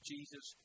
Jesus